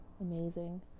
Amazing